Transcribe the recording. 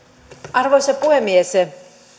arvoisa puhemies